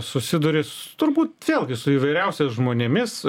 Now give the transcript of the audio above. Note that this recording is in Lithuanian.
susiduri su turbūt vėlgi su įvairiausiais žmonėmis